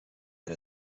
and